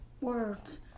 words